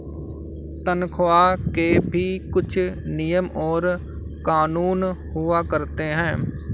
तन्ख्वाह के भी कुछ नियम और कानून हुआ करते हैं